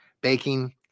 baking